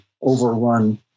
overrun